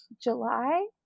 July